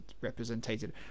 represented